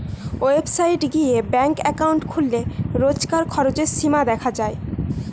website গিয়ে bank account খুললে রোজকার খরচের সীমা দেখা যায়